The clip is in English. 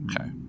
Okay